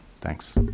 Thanks